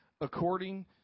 according